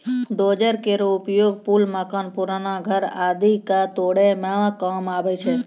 dozer केरो उपयोग पुल, मकान, पुराना घर आदि क तोरै म काम आवै छै